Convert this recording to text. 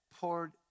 poured